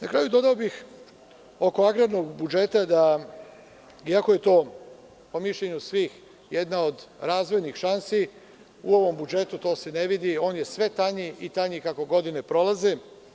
Na kraju, dodao bih oko agrarnog budžeta da, iako je to po mišljenju svih jedna od razvojnih šansi, u ovom budžetu to se ne vidi, je sve tanji i tanji kako godine prolaze.